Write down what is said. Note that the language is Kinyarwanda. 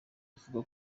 avuga